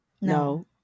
No